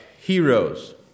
heroes